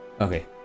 okay